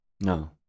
No